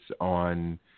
on